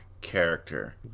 character